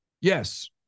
Yes